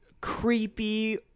creepy